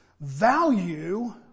value